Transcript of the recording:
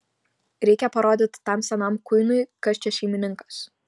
reikia parodyti tam senam kuinui kas čia šeimininkas